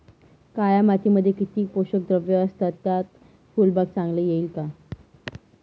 काळ्या मातीमध्ये किती पोषक द्रव्ये असतात, त्यात फुलबाग चांगली येईल का?